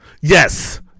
Yes